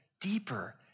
deeper